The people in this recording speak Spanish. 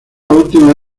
última